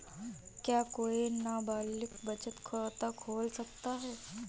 क्या कोई नाबालिग बचत खाता खोल सकता है?